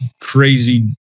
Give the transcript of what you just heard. crazy